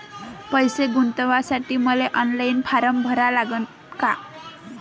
पैसे गुंतवासाठी मले ऑनलाईन फारम भरा लागन का?